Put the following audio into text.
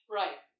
right